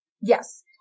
Yes